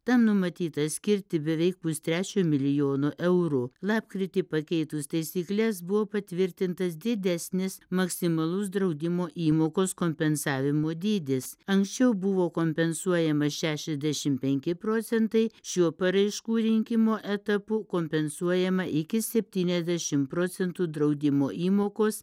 tam numatyta skirti beveik pustrečio milijono eurų lapkritį pakeitus taisykles buvo patvirtintas didesnis maksimalus draudimo įmokos kompensavimo dydis anksčiau buvo kompensuojama šešiasdešim penki procentai šiuo paraiškų rinkimo etapu kompensuojama iki septyniasdešim procentų draudimo įmokos